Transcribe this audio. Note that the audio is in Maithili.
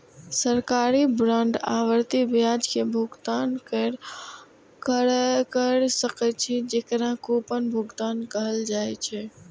सरकारी बांड आवर्ती ब्याज के भुगतान कैर सकै छै, जेकरा कूपन भुगतान कहल जाइ छै